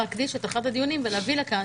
להקדיש את אחד הדיונים ולהביא לכאן